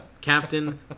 Captain